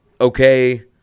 okay